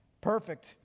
perfect